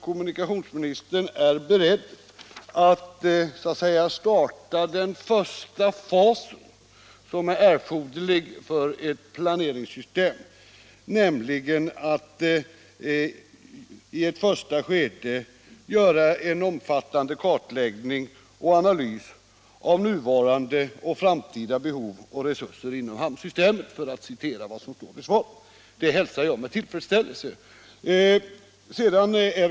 Kommunikationsministern är beredd att så att säga starta den första fasen som erfordras för ett planeringssystem, nämligen att göra en omfattande kartläggning och analys av nuvarahde och framtida behov och resurser inom hamnsystemet, för att citera vad som stod i svaret. Det hälsar jag med tillfredsställelse.